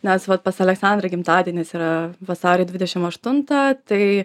nes vat pas aleksandrą gimtadienis yra vasario dvidešim aštuntą tai